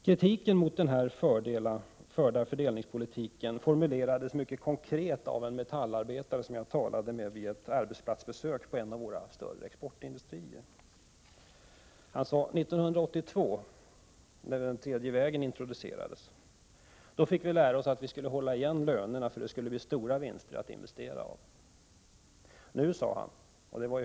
Kritiken mot fördelningspolitiken formulerades mycket konkret av en metallarbetare som jag talade med vid ett arbetsplatsbesök på en av de större exportindustrierna. Han sade: 1982 — när den tredje vägen introducerades — fick vi lära oss att hålla igen lönerna för att det skulle bli stora vinster att investera av.